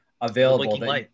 available